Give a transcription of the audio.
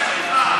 ככה.